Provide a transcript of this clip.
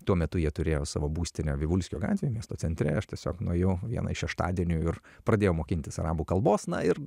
tuo metu jie turėjo savo būstinę vivulskio gatvėj miesto centre aš tiesiog nuėjau vieną iš šeštadienių ir pradėjau mokintis arabų kalbos na ir